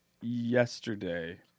yesterday